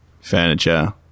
furniture